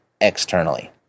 externally